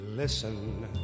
Listen